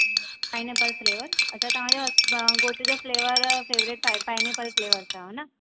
pineapple flavour अच्छा तव्हांजो ह घोट जो फ़्लेवर फ़ेवरेट आहे पाइनेपल फ़्लेवर अथव हा न